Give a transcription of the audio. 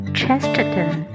chesterton